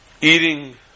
eating